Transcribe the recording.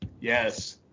Yes